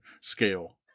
scale